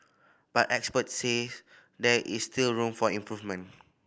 but experts says there is still room for improvement